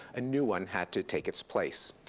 a new one had to take its place.